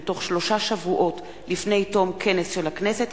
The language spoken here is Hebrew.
בתוך שלושה שבועות לפני תום כנס של הכנסת,